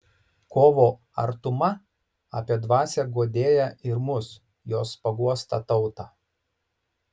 kovo artuma apie dvasią guodėją ir mus jos paguostą tautą